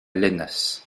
lennas